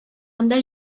анда